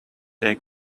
they